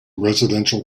residential